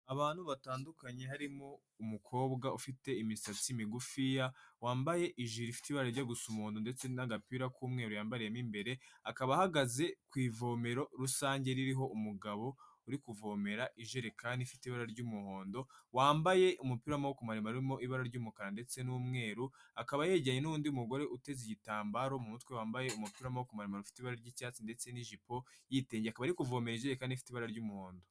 Abantu batandukanye harimo umukobwa ufite imisatsi migufiya wambaye iji ijya gusa n,umuhondo ndetse n'agapira k'umweru yambayemo imbere, akaba ahagaze ku ivomero rusange ririho umugabo uri kuvomera ijerekani ifite ibara ry'umuhondo wambaye umupira w'amaboko maremare arimo ibara ry'umukara ndetse n'umweru, akaba yejyanye n'undi mugore uteze igitambaro mu mutwe wambaye umupirama kumaremare ufite ibara ry'icyatsi ndetse n'ijipo yinge akaba ari kuvomere iyere kandifite ibara ry'umuhondo.